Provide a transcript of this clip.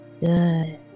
Good